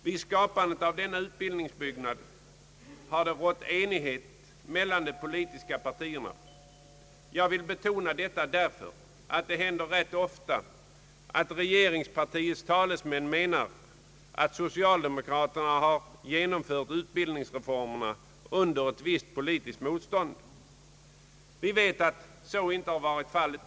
Vid skapandet av den »utbildningsbyggnaden» har det rått enighet mellan de politiska partierna. Jag vill betona detta därför att det händer rätt ofta, att regeringspartiets talesmän menar att socialdemokraterna har genomfört utbildningsreformerna under ett visst Ppolitiskt motstånd. Vi vet att så inte varit fallet.